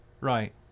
right